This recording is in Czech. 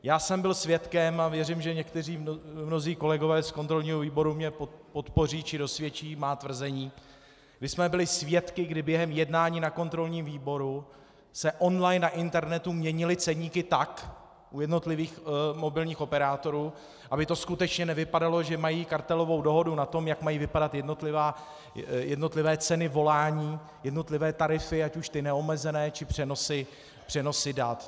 Já jsem byl svědkem a věřím, že mnozí kolegové z kontrolního výboru mě podpoří či dosvědčí má tvrzení, kdy jsme byli svědky, kdy během jednání na kontrolním výboru se on line na internetu měnily ceníky tak u jednotlivých mobilních operátorů, aby to skutečně nevypadalo, že mají kartelovou dohodu na tom, jak mají vypadat jednotlivé ceny volání, jednotlivé tarify, ať už ty neomezené, či přenosy dat.